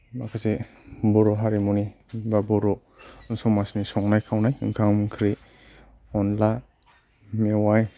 माखासे बर' हारिमुनि बा बर' समाजनि संनाय खावनाय ओंखाम ओंख्रि अनला मेवाय